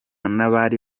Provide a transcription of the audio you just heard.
n’abari